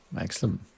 Excellent